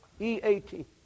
E-A-T